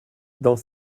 dans